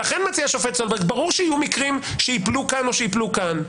ולכן מציע השופט סולברג: ברור שיהיו מקרים שייפלו כאן או ייפלו כאן,